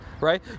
right